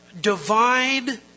divine